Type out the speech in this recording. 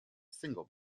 single